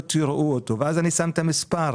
לא תראו אותו ואז אני שם את המספר,